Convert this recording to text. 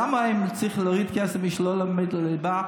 למה הם צריכים להוריד כסף בשביל שלא מלמדים ליבה?